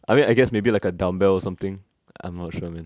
I mean I guess maybe like a dumb bell or something I'm not sure man